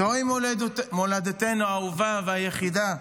זוהי מולדתנו האהובה והיחידה,